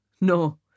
No